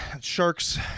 Sharks